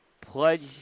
Pledge